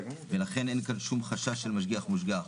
ולכן אין כאן שום חשש של משגיח מושגח.